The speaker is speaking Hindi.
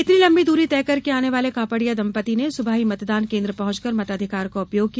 इतनी लम्बी दूरी तय करके आने वाले कापड़िया दम्पत्ति ने सुबह ही मतदान कोन्द्र पहुँचकर मताधिकार का उपयोग किया